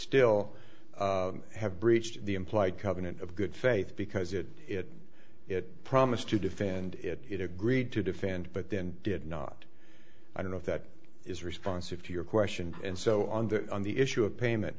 still have breached the implied covenant of good faith because it it it promised to defend it it agreed to defend but then did not i don't know if that is responsive to your question and so on that on the issue of payment